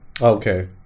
okay